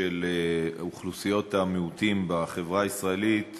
של אוכלוסיות המיעוטים בחברה הישראלית